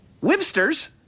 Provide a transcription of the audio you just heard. Webster's